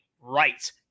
Right